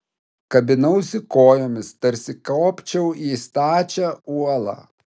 kabinausi kojomis tarsi kopčiau į stačią uolą